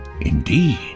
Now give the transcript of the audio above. Indeed